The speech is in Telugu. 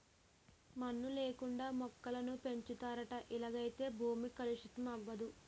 మన్ను లేకుండా మొక్కలను పెంచుతారట ఇలాగైతే భూమి కలుషితం అవదు